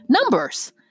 Numbers